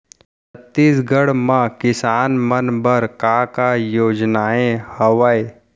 छत्तीसगढ़ म किसान मन बर का का योजनाएं हवय?